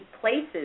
places